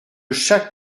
chaque